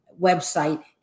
website